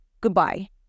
Goodbye